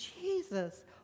Jesus